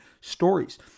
stories